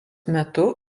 metu